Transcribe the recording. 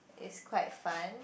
is quite fun